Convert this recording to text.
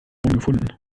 gefunden